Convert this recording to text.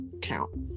count